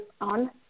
on